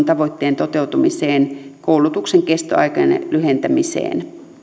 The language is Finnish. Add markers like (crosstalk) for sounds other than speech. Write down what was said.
(unintelligible) tavoitteen toteutumisessa koulutuksen kestoaikojen lyhentymisessä